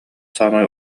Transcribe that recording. саамай